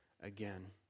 again